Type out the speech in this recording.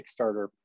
Kickstarter